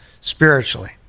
spiritually